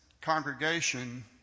congregation